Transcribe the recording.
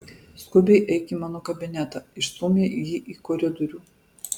skubiai eik į mano kabinetą išstūmė jį į koridorių